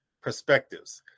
Perspectives